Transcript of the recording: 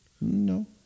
No